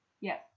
Yes